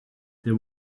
there